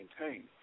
maintain